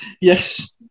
yes